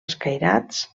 escairats